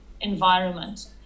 environment